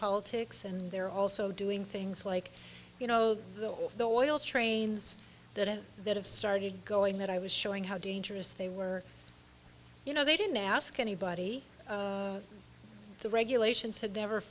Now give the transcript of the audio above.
politics and they're also doing things like you know the all the oil trains that have that have started going that i was showing how dangerous they were you know they didn't ask anybody the regulations had never